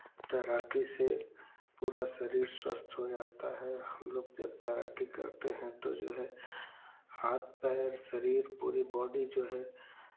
तैराकी से पूरा शरीर स्वस्थ हो जाता है हम लोग जब तैराकी करते हैं तो जो है हाथ पैर शरीर पूरी बॉडी जो है